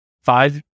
five